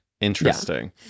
Interesting